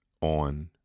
on